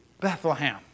Bethlehem